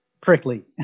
prickly